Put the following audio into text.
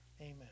Amen